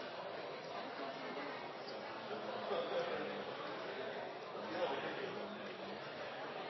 følge.